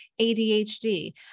ADHD